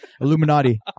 Illuminati